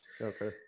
Okay